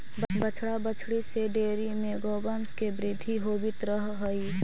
बछड़ा बछड़ी से डेयरी में गौवंश के वृद्धि होवित रह हइ